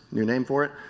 new name for it,